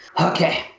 Okay